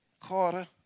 Carter